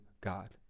God